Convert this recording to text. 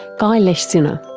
guy leschziner